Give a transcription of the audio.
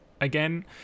again